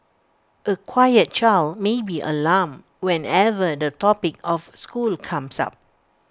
A quiet child may be alarmed whenever the topic of school comes up